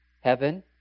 heaven